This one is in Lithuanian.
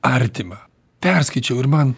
artima perskaičiau ir man